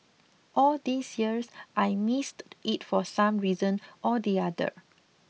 all these years I missed it for some reason or the other